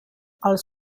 als